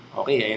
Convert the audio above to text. okay